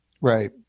Right